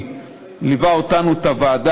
מדינה שקשרינו אתה אמיצים,